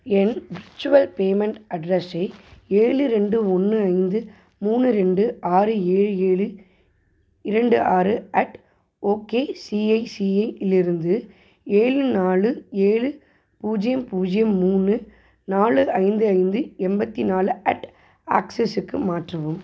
என் virtual payment அட்ரஸை ஏழு ரெண்டு ஒன்று ஐந்து மூணு ரெண்டு ஆறு ஏழு ஏழு இரண்டு ஆறு அட் ஓகே சிஐசிஐலிருந்து ஏழு நாலு ஏழு பூஜ்ஜியம் பூஜ்ஜியம் மூணு நாலு ஐந்து ஐந்து எண்பத்தி நாலு அட் ஆக்சிஸ்க்கு மாற்றவும்